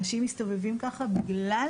אנשים מסתובבים ככה בגלל